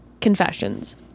confessions